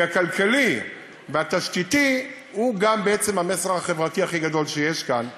כי הכלכלי והתשתיתי הוא גם המסר החברתי הכי גדול שיש כאן.